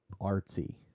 artsy